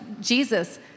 Jesus